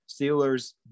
Steelers